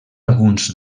alguns